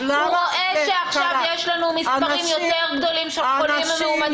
הוא רואה שעכשיו יש לנו מספרים גדולים יותר של חולים מאומתים.